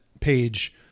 page